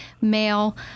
male